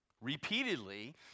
Repeatedly